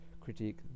critique